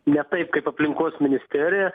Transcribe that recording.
ne taip kaip aplinkos ministerija